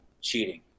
cheating